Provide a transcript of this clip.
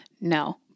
No